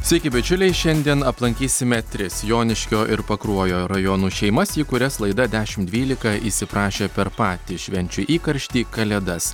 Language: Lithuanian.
sveiki bičiuliai šiandien aplankysime tris joniškio ir pakruojo rajonų šeimas į kurias laida dešim dvylika įsiprašė per patį švenčių įkarštį kalėdas